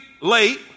late